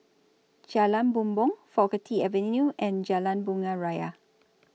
Jalan Bumbong Faculty Avenue and Jalan Bunga Raya